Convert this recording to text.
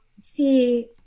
see